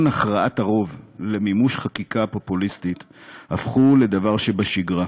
הכרעת הרוב למימוש חקיקה פופוליסטית הפכו לדבר שבשגרה.